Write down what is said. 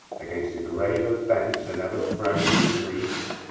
against a graver bench than ever frown'd in greece.